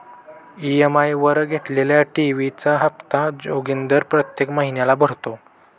EMI वर घेतलेल्या TV चा हप्ता जोगिंदर प्रत्येक महिन्याला भरतो